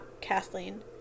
Kathleen